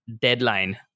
deadline